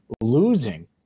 losing